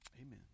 Amen